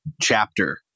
chapter